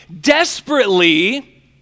desperately